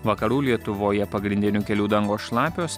vakarų lietuvoje pagrindinių kelių dangos šlapios